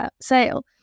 sale